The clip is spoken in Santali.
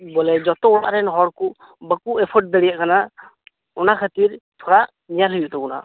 ᱵᱚᱞᱮ ᱡᱚᱛᱚ ᱚᱲᱟᱜ ᱨᱮᱱ ᱦᱚᱲ ᱠᱚ ᱵᱟᱠᱚ ᱮᱯᱷᱳᱨᱴ ᱫᱟᱲᱮᱭᱟᱜ ᱠᱟᱱᱟ ᱚᱱᱟ ᱠᱷᱟᱹᱛᱤᱨ ᱧᱮᱞ ᱦᱩᱭᱩᱜ ᱛᱟᱵᱚᱱᱟ